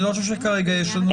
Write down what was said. אני לא חושב שכרגע יש לנו שאלה.